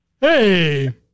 Hey